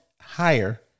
higher